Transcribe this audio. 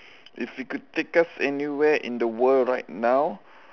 if you could take us anywhere in the world right now